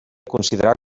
considerar